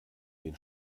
den